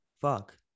fuck